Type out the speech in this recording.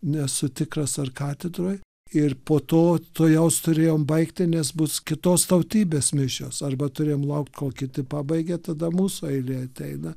nesu tikras ar katedroj ir po to tuojaus turėjom baigti nes bus kitos tautybės mišios arba turėjom laukt kol kiti pabaigia tada mūsų eilė ateina